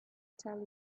tell